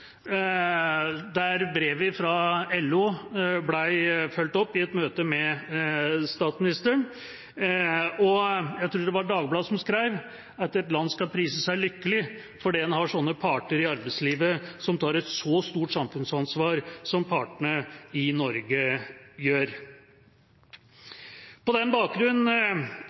der brevet fra LO ble fulgt opp i et møte med statsministeren. Jeg tror det var Dagbladet som skrev at et land skal prise seg lykkelig fordi en har slike parter i arbeidslivet som tar et så stort samfunnsansvar som partene i Norge gjør. På den bakgrunn